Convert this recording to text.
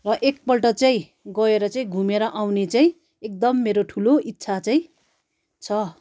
र एक पल्ट चाहिँ गएर चाहिँ घुमेर आउने चाहिँ एकदम मेरो ठुलो इच्छा चाहिँ छ